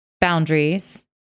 boundaries